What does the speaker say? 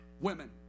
women